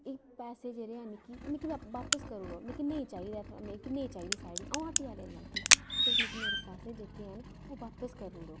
एह् पैसे जेह्ड़े ऐ न मिकी एह् मिकी वापस करी ओड़ो मिकी नेईं चाहिदे मिकी नेई चाहिदी साह्ड़ी अ'ऊं हट्टिया लेई लैगी तुस मिकी मेरे पैसे जेह्के हैन ओह् वापस करी ओड़ो